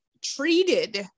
treated